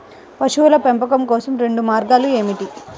పశువుల పెంపకం కోసం రెండు మార్గాలు ఏమిటీ?